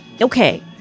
okay